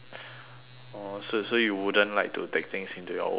oh so so you wouldn't like to take things into your own hand lah